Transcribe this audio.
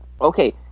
Okay